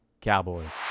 Cowboys